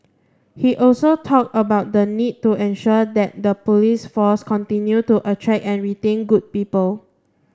he also talked about the need to ensure that the police force continue to attract and retain good people